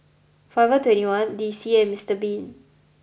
Forever Twenty One D C and Mister bean